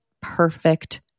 perfect